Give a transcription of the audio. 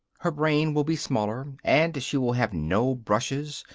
her brain will be smaller, and she will have no brushes,